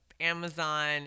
amazon